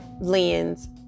lens